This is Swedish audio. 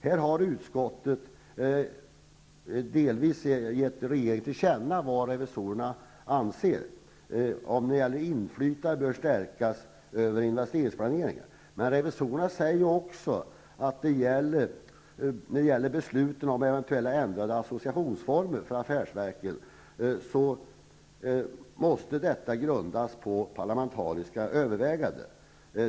Här har utskottet delvis gett regeringen till känna vad revisorerna anser. Inflytandet över investeringsplaneringen bör stärkas. Revisorerna säger också att besluten om eventuellt ändrade associationsformer för affärsverken måste grundas på parlamentariska överväganden.